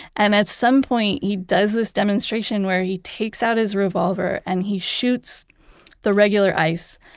and at some point he does this demonstration where he takes out his revolver, and he shoots the regular ice.